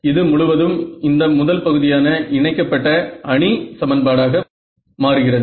இது முழுவதும் இந்த முதல் பகுதியான இணைக்கப்பட்ட அணி சமன்பாடாக மாறுகிறது